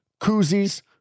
koozies